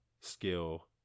skill